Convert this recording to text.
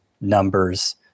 numbers